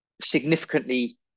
significantly